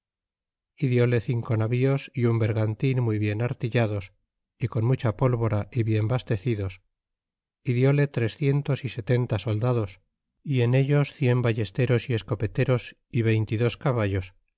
y dile cinco navíos y un bergantin muy bien artillados y con mucha pólvora y bien bastecidos y dióle trecientos y setenta soldados y en ellos cien ballesteros y escopeteros y veinte y dos caballos